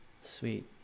Sweet